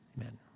Amen